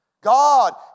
God